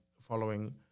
following